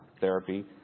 therapy